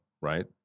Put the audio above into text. right